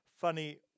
funny